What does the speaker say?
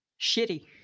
Shitty